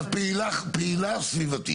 את פעילה סביבתית.